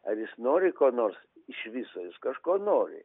ar jis nori ko nors iš viso jis kažko nori